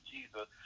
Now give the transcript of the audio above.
Jesus